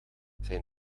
zijn